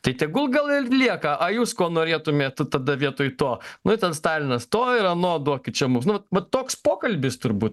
tai tegul gal ir lieka o jūs ko norėtumėte tada vietoj to nu ir ten stalinas to ir ano duokit čia mums nu vat toks pokalbis turbūt